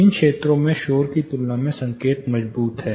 इन क्षेत्रों में शोर की तुलना में संकेत मजबूत है